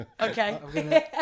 Okay